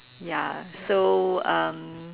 ya so um